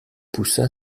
poussa